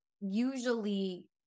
usually